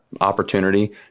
opportunity